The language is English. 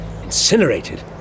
incinerated